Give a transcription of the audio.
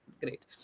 Great